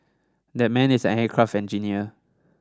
that man is an aircraft engineer